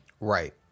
Right